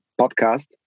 podcast